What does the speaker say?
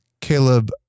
Caleb